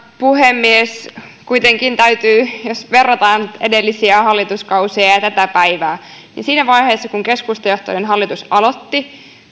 puhemies kuitenkin täytyy sanoa että jos verrataan edellisiä hallituskausia ja tätä päivää niin siinä vaiheessa kun keskustajohtoinen hallitus aloitti